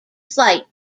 slight